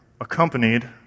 accompanied